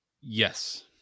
Yes